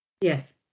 Yes